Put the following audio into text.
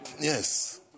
yes